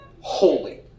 holy